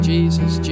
Jesus